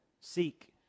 Seek